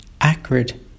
Acrid